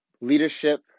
leadership